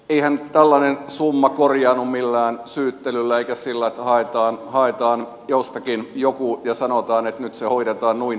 eihän tällainen summa korjaannu millään syyttelyllä eikä sillä että haetaan jostakin joku ja sanotaan että nyt se hoidetaan nuin tai näin